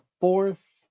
fourth